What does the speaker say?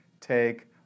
take